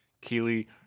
Keely